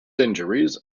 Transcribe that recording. injuries